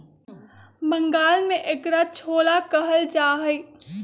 बंगाल में एकरा छोला कहल जाहई